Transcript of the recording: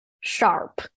sharp